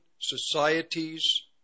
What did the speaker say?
societies